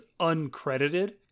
uncredited